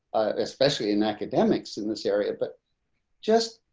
especially in academics in this area, but just